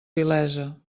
vilesa